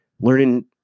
learning